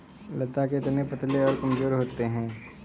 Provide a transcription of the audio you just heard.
लता के तने पतले और कमजोर होते हैं